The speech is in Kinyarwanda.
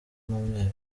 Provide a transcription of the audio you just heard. n’umweru